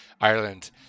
Ireland